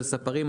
על הספרים,